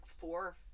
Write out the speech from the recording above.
four